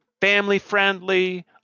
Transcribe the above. Family-friendly